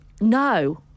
No